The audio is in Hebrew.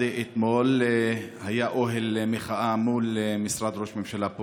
אתמול היה אוהל מחאה מול משרד ראש הממשלה,